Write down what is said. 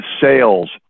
sales